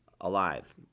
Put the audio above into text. alive